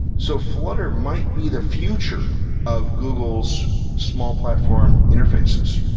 so flutter might be the future of google's small platform interfaces.